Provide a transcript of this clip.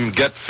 get